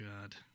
God